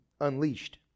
unleashed